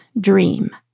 dream